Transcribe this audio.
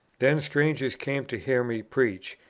then strangers came to hear me preach,